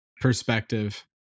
perspective